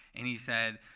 and he said,